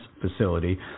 facility